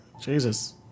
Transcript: Jesus